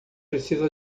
precisa